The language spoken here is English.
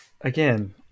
Again